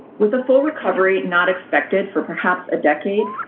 with a full recovery not expected for perhaps a decade,